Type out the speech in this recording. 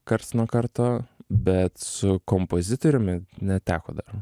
karts nuo karto bet su kompozitoriumi neteko dar